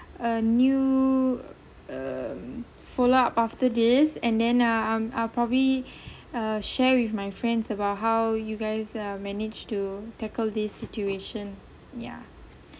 a new um follow up after this and then ah um I'll probably uh share with my friends about how you guys uh managed to tackle this situation ya